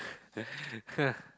ah